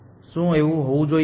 શું એવું હોવું જોઈએ